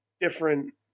different